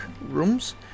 rooms